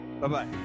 Bye-bye